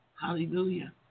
Hallelujah